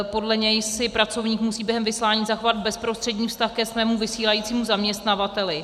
Podle něj si pracovník musí během vyslání zachovat bezprostřední vztah ke svému vysílajícímu zaměstnavateli.